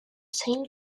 same